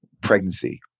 pregnancy